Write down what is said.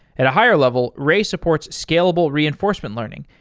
at a higher level, ray supports scalable reinforcement learning,